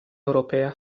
europea